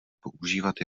používat